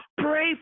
pray